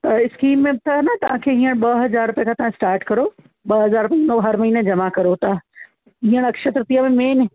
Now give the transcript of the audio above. त स्कीम में न तव्हां खे हींअर तव्हां ॿ हज़ार रुपए खां तव्हाम स्टार्ट करो ॿ हज़ार रुपए हर महिने जमा करो तव्हां हींअर अक्षय तृतीया में मेन